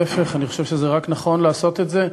להפך, אני חושב שזה רק נכון לעשות את זה.